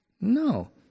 No